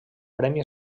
premi